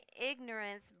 ignorance